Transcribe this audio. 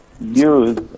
use